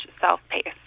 self-paced